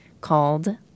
called